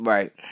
Right